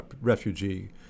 refugee